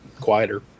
quieter